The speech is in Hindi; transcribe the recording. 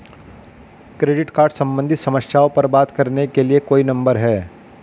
क्रेडिट कार्ड सम्बंधित समस्याओं पर बात करने के लिए कोई नंबर है?